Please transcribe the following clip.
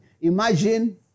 imagine